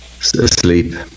asleep